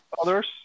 others